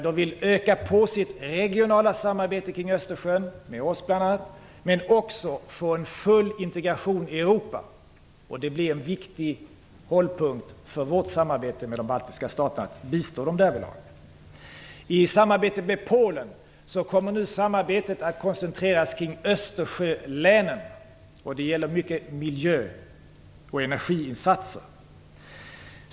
De vill öka sitt regionala samarbete kring Östersjön, bl.a. med oss, men också få en full integration med Europa. Att bistå dem därvidlag blir en viktig hållpunkt för vårt samarbete med de baltiska staterna. Samarbetet med Polen kommer att koncentreras kring Östersjölänen. Mycket gäller miljö och energiinsatser.